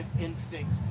instinct